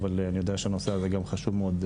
אבל אני יודע שהנושא הזה גם חשוב מאוד,